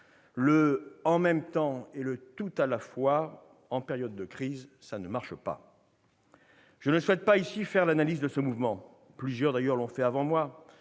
Le « en même temps » et le « tout à la fois », en période de crise, cela ne marche pas ! Je ne souhaite pas faire ici l'analyse de ce mouvement ; plusieurs l'ont déjà faite avant moi.